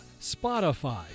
Spotify